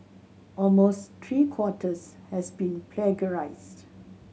almost three quarters has been plagiarised